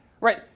right